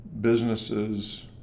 businesses